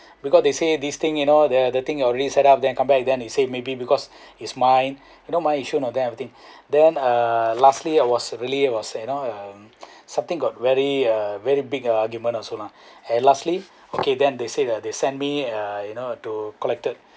because they say these thing you know the thing you're already setup then come back then he say maybe because is mine you know my issue or there everything then err lastly I was really was you now uh something got very uh very big argument also lah and lastly okay then they say that they send me uh you know to collected